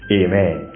amen